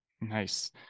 Nice